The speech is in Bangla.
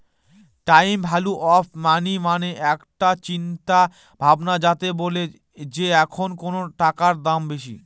টাইম ভ্যালু অফ মানি মানে একটা চিন্তা ভাবনা যাতে বলে যে এখন কোনো টাকার দাম বেশি